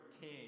king